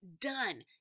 done